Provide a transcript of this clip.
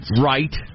Right